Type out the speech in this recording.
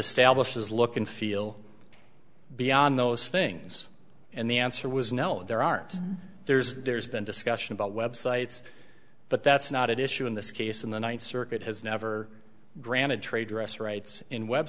establishes look and feel beyond those things and the answer was no there aren't there's there's been discussion about websites but that's not at issue in this case in the ninth circuit has never granted trade dress rights in web